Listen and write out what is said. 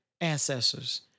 ancestors